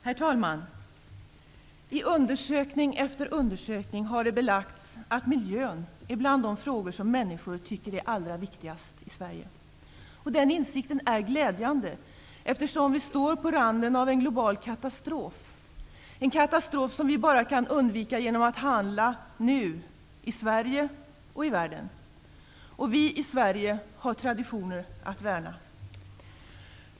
Herr talman! I undersökning efter undersökning har det belagts att miljön är bland de frågor som människor tycker är allra viktigast i Sverige. Och den insikten är glädjande, eftersom vi står på randen av en global katastrof, en katastrof som vi kan undvika bara genom att handla -- nu, i Sverige och i andra länder. Och vi i Sverige har traditioner att värna.